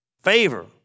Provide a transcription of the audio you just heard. favor